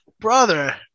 brother